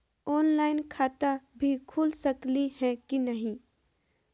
Online खाता भी खुल सकली है कि नही?